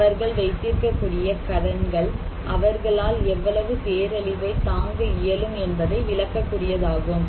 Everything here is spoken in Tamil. அவர்கள் வைத்திருக்கக்கூடிய கடன்கள் அவர்களால் எவ்வளவு பேரழிவை தாங்க இயலும் என்பதை விளக்ககூடியதாகும்